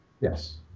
Yes